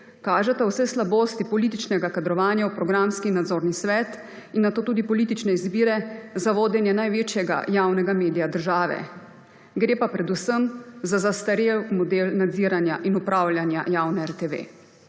kažeta vse slabosti političnega kadrovanja v programski in nadzorni svet in nato tudi politične izbire za vodenje največjega javnega medija države. Gre pa predvsem za zastarel model nadziranja in upravljanja javne RTV.